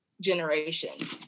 generation